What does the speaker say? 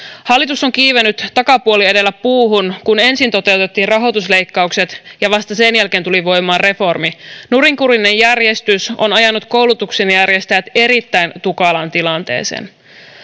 hallitus on kiivennyt takapuoli edellä puuhun kun ensin toteutettiin rahoitusleikkaukset ja vasta sen jälkeen tuli voimaan reformi nurinkurinen järjestys on ajanut koulutuksenjärjestäjät erittäin tukalaan tilanteeseen